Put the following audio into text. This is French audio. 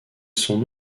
son